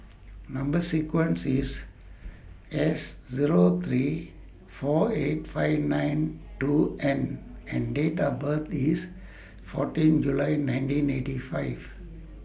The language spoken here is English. Number sequence IS S Zero three four eight five nine two N and Date The birth IS fourteen July nineteen eighty five